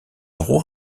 roi